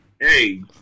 Hey